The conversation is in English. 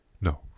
No